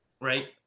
right